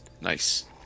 Nice